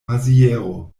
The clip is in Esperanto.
maziero